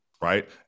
Right